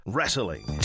Wrestling